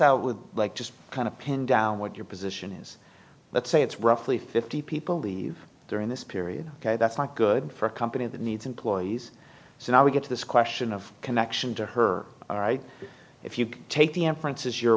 out with like just kind of pin down what your position is let's say it's roughly fifty people leave during this period ok that's not good for a company that needs employees so now we get to this question of connection to her all right if you take the inference is your